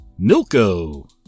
Milko